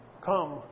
come